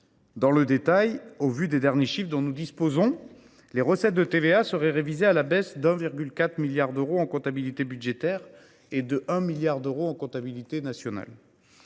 Dans le détail, selon les derniers chiffres dont nous disposons, les recettes de TVA seraient révisées à la baisse à hauteur de 1,4 milliard d’euros en comptabilité budgétaire et de 1 milliard d’euros en comptabilité nationale.